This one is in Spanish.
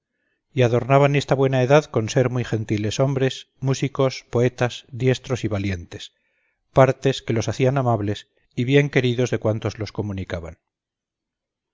y adornaban esta buena edad con ser muy gentiles hombres músicos poetas diestros y valientes partes que los hacian amables y bien queridos de cuantos los comunicaban